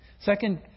Second